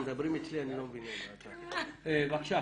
משרד החינוך, בבקשה.